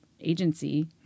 agency